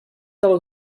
del